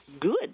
good